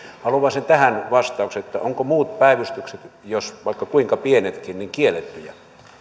haluaisin tähän vastauksen ovatko muut päivystykset jos vaikka kuinka pienetkin kiellettyjä